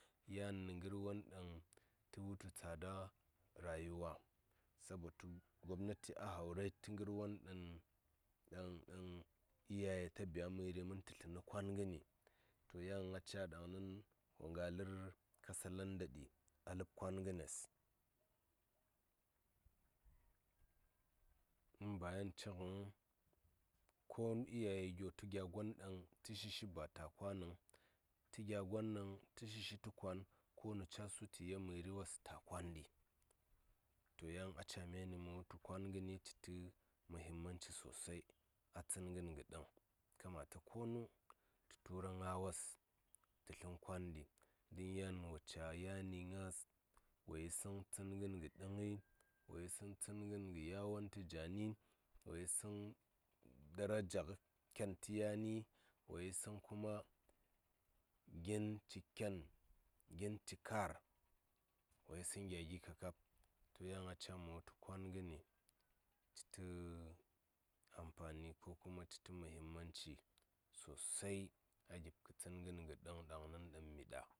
Yan nə ngər won ɗaŋ tə wutu tsada rayuwa sabo tu gobnati a haurai tə ngər won ɗaŋ ɗaŋ ɗaŋ iyiye ta biya məri mə tə nə kwan ngəni to yan a ca ɗaŋnin wo nga lər katsalanda ɗi a ləb kwan gənes in ba yan nə ci ngəŋ ko iyaye gyo tə gya gwan ɗaŋ tə shishi ba ta kwa nəŋ tə gya go ɗaŋ tə shishi tə kwan konu ca su tə yel məri wos ta kwan ɗi to yani a caa mə wutu kwaŋ ngəni ci tə muhimmanci sosai a yir kə ɗəŋ a kamata konu tə tura ngaa wos tə tlə kwandi don ya wo caa yan ngaəs wo yisəŋ tsən ngən kə ɗə ngəi wo yisəŋ tsən ngən kə yawon tə jani wo yisəŋ daraja ken tə yani wo yisəŋ kuma gin ci ken gin ci kar wo yisəŋ gya gi kakab to yan a caa mu wutu kwan ngəni ci tə ampani ko kuma ci tə muhimmanci sosai a gipkə tsən ngən ɗəŋ ɗaŋni ɗaŋ miɗah.